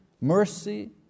mercy